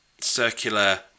circular